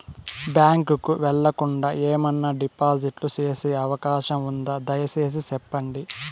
Bank కు వెళ్లకుండా, ఏమన్నా డిపాజిట్లు సేసే అవకాశం ఉందా, దయసేసి సెప్పండి?